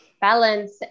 balance